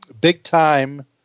big-time